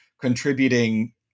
contributing